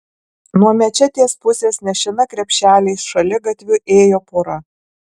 nuo mečetės pusės nešina krepšeliais šaligatviu ėjo pora